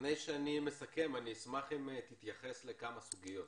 לפני שאני מסכם אני אשמח שתתייחס לכמה סוגיות: